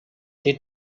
they